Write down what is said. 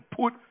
put